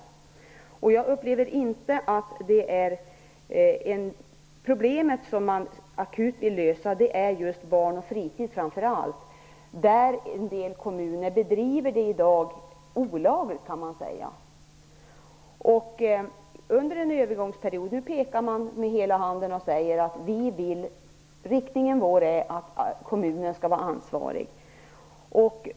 Det akuta problemet som man vill lösa gäller framför allt barn och fritid. En del kommuner bedriver i dag verksamheten olagligt, kan man säga. Nu pekar man med hela handen och säger att vår inriktning är att kommunerna skall vara ansvariga.